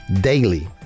daily